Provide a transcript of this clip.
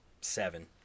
seven